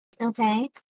Okay